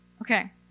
Okay